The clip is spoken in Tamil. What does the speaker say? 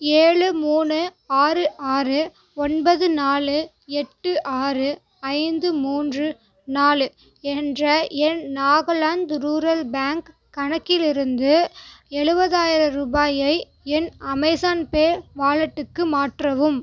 ஏழு மூணு ஆறு ஆறு ஒன்பது நாலு எட்டு ஆறு ஐந்து மூன்று நாலு என்ற என் நாகாலாந்து ரூரல் பேங்க் கணக்கிலிருந்து எழுபதாயிரம் ரூபாயை என் அமேஸான் பே வாலெட்டுக்கு மாற்றவும்